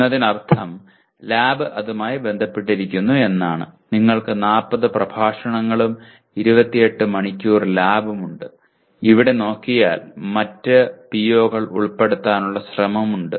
എന്നതിനർത്ഥം ലാബ് അതുമായി ബന്ധപ്പെട്ടിരിക്കുന്നു എന്നാണ് നിങ്ങൾക്ക് 40 പ്രഭാഷണങ്ങളും 28 മണിക്കൂർ ലാബും ഉണ്ട് ഇവിടെ നോക്കിയാൽ മറ്റ് PO കൾ ഉൾപ്പെടുത്താനുള്ള ശ്രമമുണ്ട്